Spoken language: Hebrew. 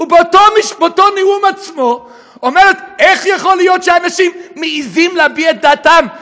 ובאותו נאום עצמו אומרת: איך יכול להיות שאנשים מעזים להביע את דעתם?